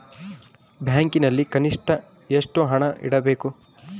ಬ್ಯಾಂಕಿನಲ್ಲಿ ಕನಿಷ್ಟ ಎಷ್ಟು ಹಣ ಇಡಬೇಕು?